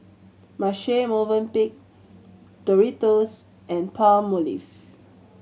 Marche Mvoenpick Doritos and Palmolive